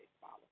follow